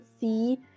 see